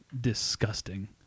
disgusting